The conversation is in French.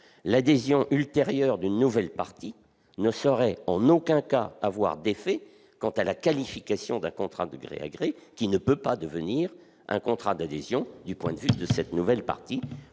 l'adhésion ultérieure d'une nouvelle partie ne saurait en aucun cas avoir d'effet quant à la qualification d'un contrat de gré à gré, qui ne peut donc pas devenir un contrat d'adhésion du point de vue de cette nouvelle partie,